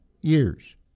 years